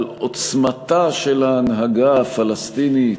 על עוצמתה של ההנהגה הפלסטינית,